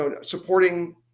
supporting